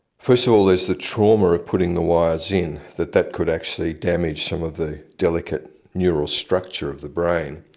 first of all there's the trauma of putting the wires in, that that could actually damage some of the delicate neural structure of the brain.